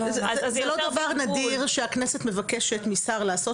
זה לא דבר נדיר שהכנסת מבקשת משר לעשות